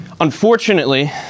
Unfortunately